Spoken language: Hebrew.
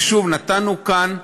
ושוב, נתנו כאן,